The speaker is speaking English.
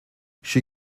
she